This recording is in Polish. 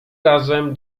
razem